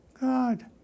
God